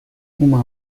uma